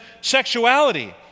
sexuality